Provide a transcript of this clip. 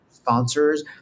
sponsors